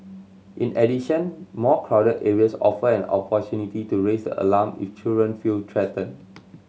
in addition more crowded areas offer an opportunity to raise the alarm if children feel threatened